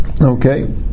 okay